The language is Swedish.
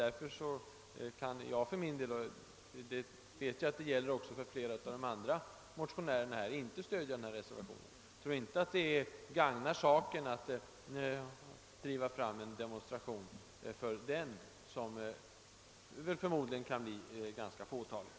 Därför kan jag för min del, och jag vet att det gäller också för flera av de andra motionärerna, inte stödja reservationen. Jag tror inte att det gagnar saken att driva fram en demonstration för den, en demonstration som förmodligen endast skulle stödjas av ett fåtal.